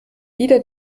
wieder